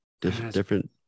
different